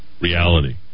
reality